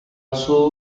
also